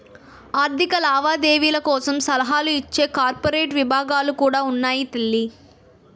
ఆర్థిక లావాదేవీల కోసం సలహాలు ఇచ్చే కార్పొరేట్ విభాగాలు కూడా ఉన్నాయి తల్లీ